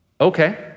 Okay